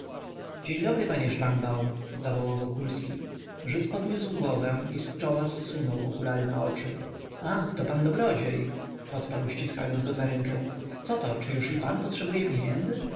dzień dobry panie szlangbaum zawołał wokulski żyd podniósł głowę i z czoła zsunął okulary na oczy ach to pan dobrodziej odparł ściskając go za rękę coto czy już i pan patrzebuje pieniędzy